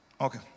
Okay